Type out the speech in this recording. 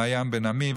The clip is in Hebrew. מעיין בן עמי,